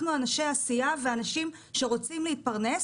אנחנו אנשי עשייה ואנשים שרוצים להתפרנס.